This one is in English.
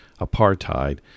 apartheid